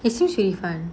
is usually fun